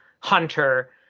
hunter